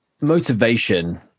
motivation